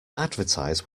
advertise